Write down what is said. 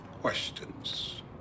questions